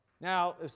Now